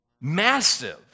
massive